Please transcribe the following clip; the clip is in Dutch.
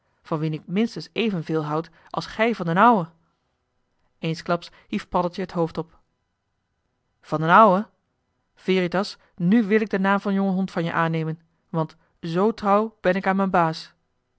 van wien ik minstens evenveel houd als gij van d'n ouwe joh h been paddeltje de scheepsjongen van michiel de ruijter eensklaps hief paddeltje het hoofd op van d'n ouwe veritas nu wil ik den naam van jonge hond van je aannemen want z trouw ben ik aan m'n baas